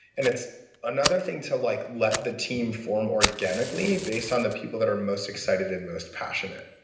and it's another thing to like let the team form organically based on the people that are most excited and most passionate.